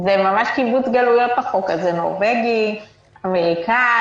זה ממש קיבוץ גלויות החוק הזה נורווגי, אמריקני.